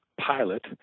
pilot